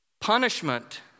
Punishment